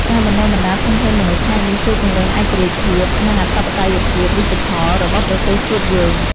ការបណ្តុះបណ្តាលធនធានមនុស្សផ្នែកនេះជួយពង្រឹងឯករាជ្យភាព និងអធិបតេយ្យភាពឌីជីថលរបស់ប្រទេសជាតិយើង។